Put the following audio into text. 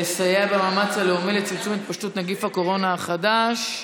לסייע במאמץ הלאומי לצמצום התפשטות נגיף הקורונה החדש.